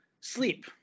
Sleep